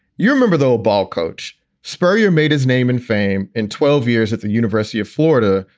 you remember, though, ball coach spurrier made his name and fame in twelve years at the university of florida,